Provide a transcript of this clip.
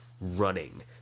running